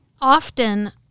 often